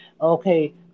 Okay